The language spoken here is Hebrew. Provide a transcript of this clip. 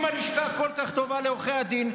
אם הלשכה כל כך טובה לעורכי הדין,